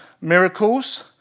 miracles